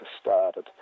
started